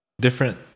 Different